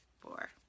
four